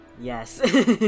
Yes